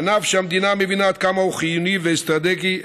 ענף שהמדינה מבינה עד כמה הוא חיוני ואסטרטגי,